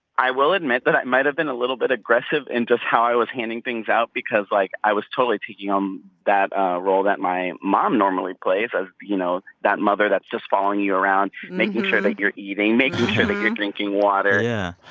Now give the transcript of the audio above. i will admit that i might've been a little bit aggressive in just how i was handing things out because, like, i was totally taking on um that role that my mom normally plays as, you know, that mother that's just following you around, making sure that you're eating, making sure that you're drinking water yeah.